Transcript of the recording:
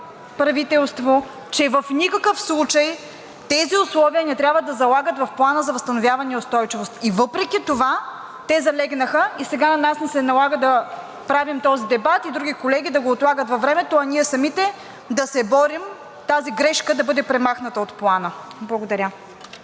правителство, че в никакъв случай тези условия не трябва да залягат в Плана за възстановяване и устойчивост. Въпреки това те залегнаха. Сега на нас ни се налага да правим този дебат и други колеги да го отлагат във времето, а ние самите да се борим тази грешка да бъде премахната от Плана. Благодаря.